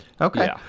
Okay